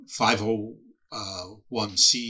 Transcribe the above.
501c